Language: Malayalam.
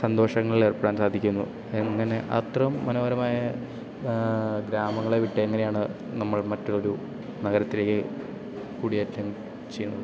സന്തോഷങ്ങളിൽ ഏർപ്പെടാൻ സാധിക്കുന്നു എങ്ങനെ അത്രയും മനോഹരമായ ഗ്രാമങ്ങളെ വിട്ട് എങ്ങനെയാണ് നമ്മൾ മറ്റൊരു നഗരത്തിലേക്ക് കുടിയേറ്റം ചെയ്യണത്